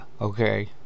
okay